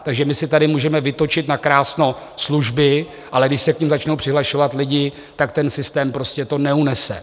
Takže my si tady můžeme vytočit nakrásno služby, ale když se k nim začnou přihlašovat lidi, tak ten systém prostě to neunese.